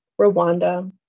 Rwanda